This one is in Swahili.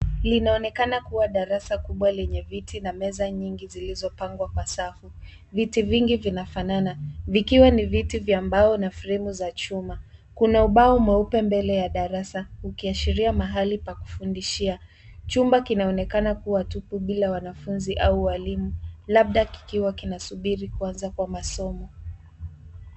Linaonekana kuwa darasa kubwa lenye viti na meza nyingi zilizopangwa kwa safu. Viti vingi vinafanana, vikiwa ni viti vya mbao na fremu za chuma. Kuna ubao mweupe mbele ya darasa ukiashiria mahali pa kufundishia. Chumba kinaonekana kuwa tupu bila wanafunzi au walimu labda kikiwa kinasubiri kuanza kwa masomo.